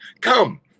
come